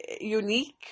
unique